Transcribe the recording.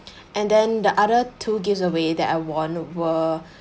and then the other two gives away that I won were